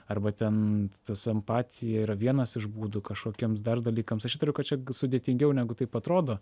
arba ten tas empatija yra vienas iš būdų kažkokiems dar dalykams aš įtariu kad čia sudėtingiau negu taip atrodo